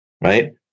right